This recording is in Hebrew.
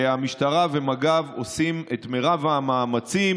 והמשטרה ומג"ב עושים את מרב המאמצים,